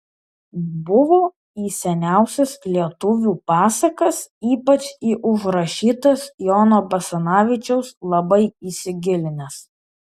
buvo į seniausias lietuvių pasakas ypač į užrašytas jono basanavičiaus labai įsigilinęs